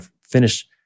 finish